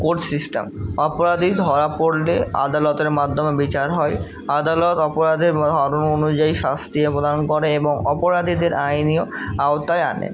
court system অপরাধী ধরা পড়লে আদালতের মাধ্যমে বিচার হয় আদালত অপরাধের ধর্ম অনুযায়ী শাস্তিও প্রদান করে এবং অপরাধীদের আইনেও আওতায় আনে